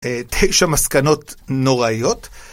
תשע מסקנות נוראיות.